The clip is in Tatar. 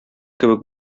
кебек